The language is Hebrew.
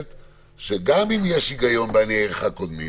גם אם יש היגיון בגישת "עניי עירך קודמים"